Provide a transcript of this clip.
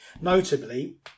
Notably